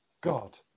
God